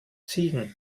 ziegen